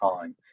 time